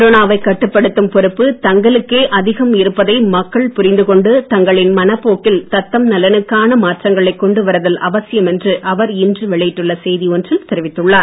கொரோனாவை கட்டுப்படுத்தும் பொறுப்பு தங்களுக்கே அதிகம் இருப்பதை மக்கள் புரிந்து கொண்டு தங்களின் மனப்போக்கில் தத்தம் நலுனுக்கான மாற்றங்களை கொண்டு வருதல் அவசியம் என்று அவர் இன்று வெளியிட்டுள்ள செய்தி ஒன்றில் தெரிவித்துள்ளார்